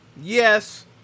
Yes